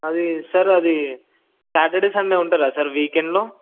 అది సార్ అది Saturday Sunday ఉంటుందా సార్ వీకెండ్లో